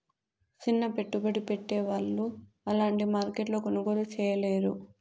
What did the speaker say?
సిన్న పెట్టుబడి పెట్టే వాళ్ళు అలాంటి మార్కెట్లో కొనుగోలు చేయలేరు